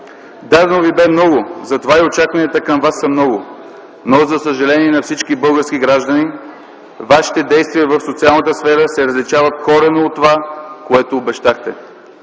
Дадено ви бе много, затова и очакванията към вас са много. Но, за съжаление на всички български граждани, вашите действия в социалната сфера се различават коренно от това, което обещахте.